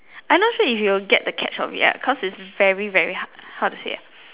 I'm not sure if you will get the catch of it ah cause it's very very hard how to say ah